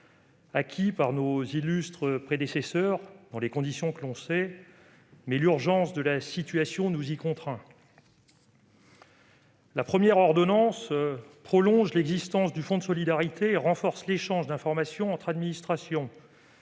acquis par nos illustres prédécesseurs dans les conditions que l'on sait, mais l'urgence de la situation nous y contraint. La première ordonnance prolonge l'existence du fonds de solidarité et renforce l'échange d'informations entre administrations.